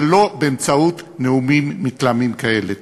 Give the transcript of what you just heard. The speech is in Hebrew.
אבל לא באמצעות נאומים מתלהמים כאלה.